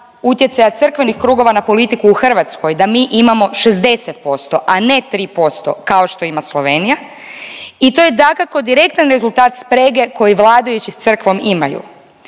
utjecaja crkvenih krugova na politiku u Hrvatskoj da mi imamo 60%, a ne 3% kao što ima Slovenija i to je dakako direktan rezultat sprege koju vladajući s crkvom imaju.